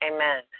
Amen